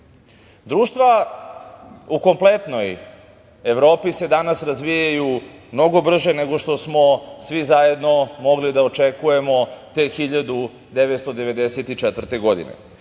nonses. Društva u kompletnoj Evropi se danas razvijaju mnogo brže nego što smo svi zajedno mogli da očekujemo te 1994. godine.